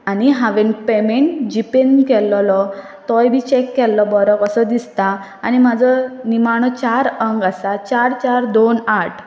आनी हांवें पेमेंट जी पेन केल्लोलो तोय बी चॅक केल्लो बरो कसो दिसता आनी म्हाजो निमाणो चार अंग आसा चार चार दोन आठ